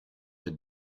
het